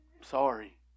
Sorry